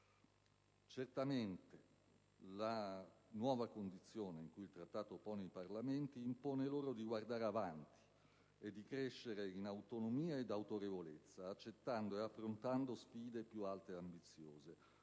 Certamente la nuova condizione in cui il Trattato pone i Parlamenti impone loro di guardare avanti e di crescere in autonomia ed autorevolezza, accettando ed affrontando sfide più alte ed ambiziose,